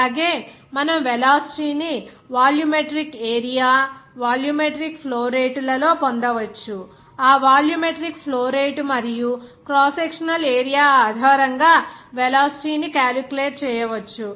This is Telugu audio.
అలాగే మనము వెలాసిటీ ని volumetric area volumetric flow rate లలో పొందవచ్చు ఆ వాల్యూమిట్రిక్ ఫ్లో రేటు మరియు క్రాస్ సెక్షనల్ ఏరియా ఆధారంగా వెలాసిటీ ని క్యాలిక్యులేట్ చేయవచ్చు